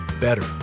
better